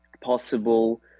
possible